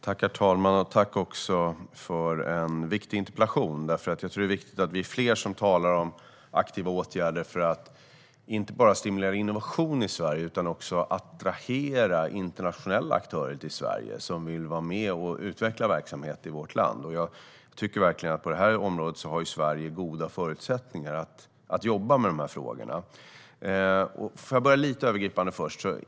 Herr talman! Tack, Erik Ottoson, för en viktig interpellation! Jag tror att det är viktigt att vi är fler som talar om aktiva åtgärder för att inte bara stimulera innovation i Sverige utan också attrahera internationella aktörer till Sverige som vill vara med och utveckla verksamhet i vårt land. Jag tycker verkligen att Sverige på det här området har goda förutsättningar att jobba med de här frågorna. Jag ska tala lite övergripande först.